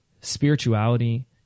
spirituality